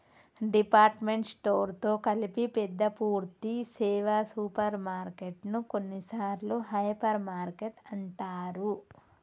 department store తో కలిపి పెద్ద పూర్థి సేవ సూపర్ మార్కెటు ను కొన్నిసార్లు హైపర్ మార్కెట్ అంటారు